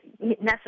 necessary